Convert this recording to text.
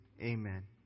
amen